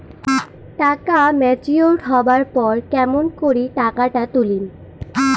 টাকা ম্যাচিওরড হবার পর কেমন করি টাকাটা তুলিম?